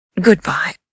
Goodbye